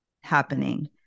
happening